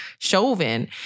Chauvin